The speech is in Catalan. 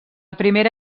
primera